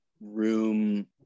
room